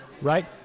Right